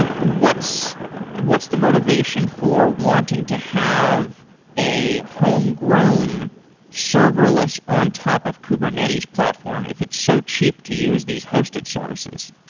what's what's the motivation for wanting to have a homegrown serverless on top of kubernetes platform if it's so cheap to use these hosted services?